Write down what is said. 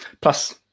Plus